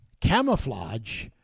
camouflage